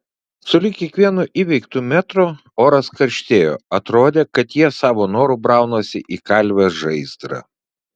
sulig kiekvienu įveiktu metru oras karštėjo atrodė kad jie savo noru braunasi į kalvės žaizdrą